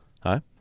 Hi